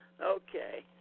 Okay